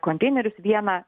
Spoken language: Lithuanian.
konteinerius vieną